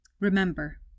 remember